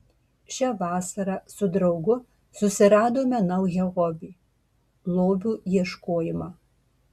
šią vasarą su draugu susiradome naują hobį lobių ieškojimą